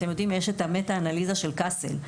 יש את המטא אנליזה של קאסל,